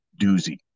doozy